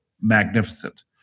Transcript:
magnificent